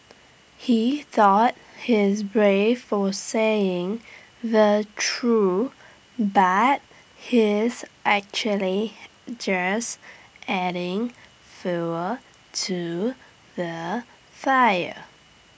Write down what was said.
he thought he's brave for saying the true but he's actually just adding fuel to the fire